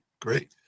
great